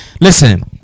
listen